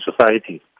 society